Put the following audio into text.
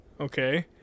Okay